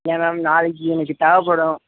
இல்லை மேம் நாளைக்கு எனக்கு தேவைப்படும்